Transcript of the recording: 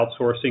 outsourcing